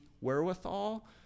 wherewithal